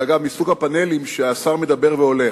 אגב, זה מסוג הפאנלים שהשר מדבר והולך.